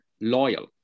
loyal